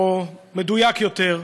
או, מדויק יותר,